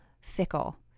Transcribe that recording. fickle